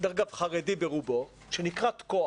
דרך אגב, חרדי ברובו, שנקרא תקוע